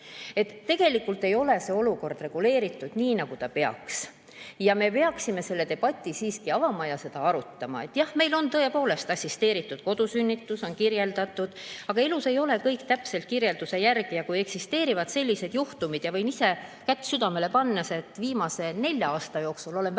Tegelikult ei ole see olukord reguleeritud nii, nagu ta peaks.Me peaksime selle debati siiski avama ja seda arutama. Jah, meil on tõepoolest assisteeritud kodusünnitus kirjeldatud, aga elus ei käi kõik täpselt kirjelduse järgi. Eksisteerivad sellised juhtumid ja võin ise kätt südamele pannes öelda, et viimase nelja aasta jooksul olen vähemalt